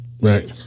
right